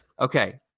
Okay